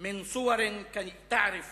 שתדעו